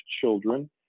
children